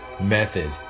method